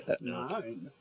Nine